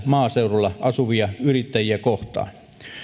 maaseudulla asuvia yrittäjiä kohtaan